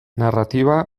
narratiba